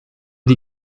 die